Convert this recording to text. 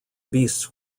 beasts